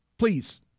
Please